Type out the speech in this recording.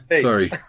sorry